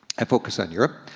i focus on europe,